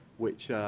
which